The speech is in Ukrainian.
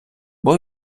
був